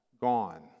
gone